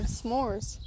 s'mores